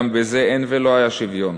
גם בזה אין ולא היה שוויון.